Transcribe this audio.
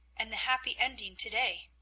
and the happy ending to-day.